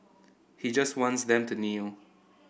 he just wants them to kneel